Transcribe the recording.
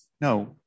no